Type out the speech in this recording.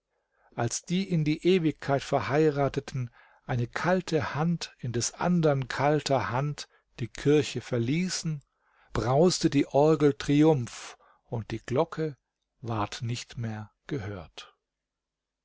als die in die ewigkeit verheirateten eine kalte hand in des andern kalter hand die kirche verließen brauste die orgel triumph und die glocke ward nicht mehr gehört